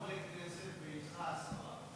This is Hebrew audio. יש תשעה חברי כנסת, ואתך עשרה.